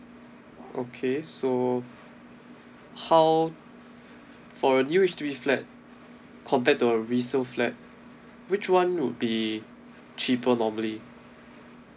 okay so how for a new H_D_B flat compared to a resale flat which one would be cheaper normally